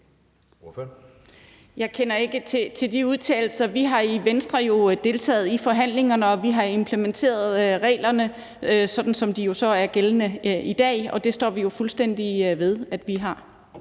Jeg kender ikke til de udtalelser. Vi har jo i Venstre deltaget i forhandlingerne, og vi har implementeret reglerne, sådan som de så er gældende i dag, og det står vi jo fuldstændig ved at vi har.